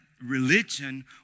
religion